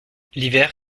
l’hiver